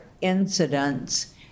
incidents